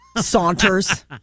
Saunters